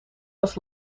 was